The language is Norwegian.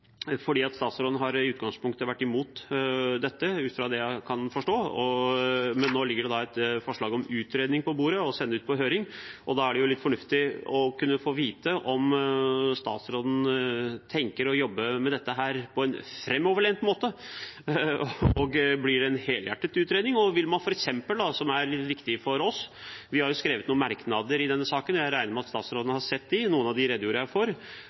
statsråden har i utgangspunktet vært imot dette – ut fra det jeg kan forstå. Nå ligger det på bordet et forslag om utredning og om å sende det ut på høring. Da er det litt fornuftig å kunne få vite om statsråden tenker å jobbe med dette på en framoverlent måte, og om det blir en helhjertet utredning. Vil man f.eks. – det er viktig for oss, vi har jo skrevet noen merknader i denne saken, og jeg regner med at statsråden har sett dem, noen av dem redegjorde jeg for